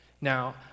Now